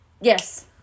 Yes